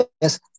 Yes